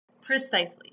Precisely